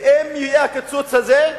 ואם יהיה הקיצוץ הזה,